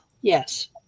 Yes